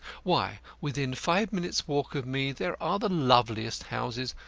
why, within five minutes' walk of me there are the loveliest houses,